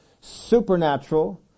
supernatural